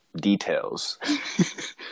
details